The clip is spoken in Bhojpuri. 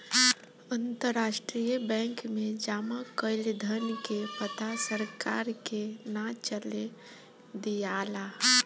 अंतरराष्ट्रीय बैंक में जामा कईल धन के पता सरकार के ना चले दियाला